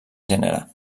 gènere